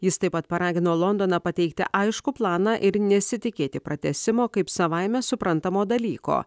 jis taip pat paragino londoną pateikti aiškų planą ir nesitikėti pratęsimo kaip savaime suprantamo dalyko